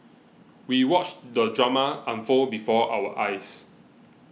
we watched the drama unfold before our eyes